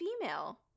female